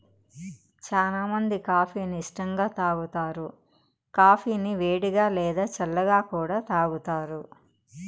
చానా మంది కాఫీ ని ఇష్టంగా తాగుతారు, కాఫీని వేడిగా, లేదా చల్లగా కూడా తాగుతారు